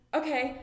okay